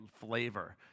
flavor